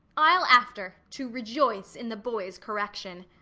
i'll after, to rejoice in the boy's correction.